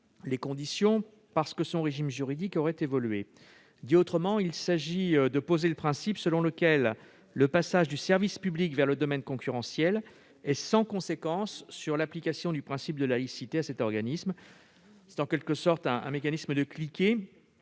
plus, parce que son régime juridique aurait évolué. Pour le dire autrement, il s'agit de poser le principe selon lequel le passage d'un organisme du service public vers le domaine concurrentiel est sans conséquence sur l'application du principe de laïcité à cet organisme. Il s'agit en quelque sorte d'un mécanisme de cliquet,